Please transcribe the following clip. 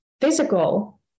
physical